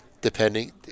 depending